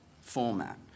format